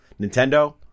Nintendo